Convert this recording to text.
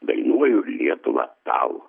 dainuoju lietuva tau